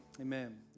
amen